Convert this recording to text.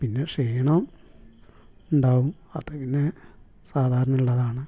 പിന്നെ ക്ഷീണം ഉണ്ടാവും അത് പിന്നെ സാധാരണ ഉള്ളതാണ്